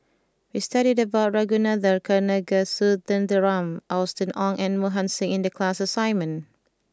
we studied about Ragunathar Kanagasuntheram Austen Ong and Mohan Singh in the class assignment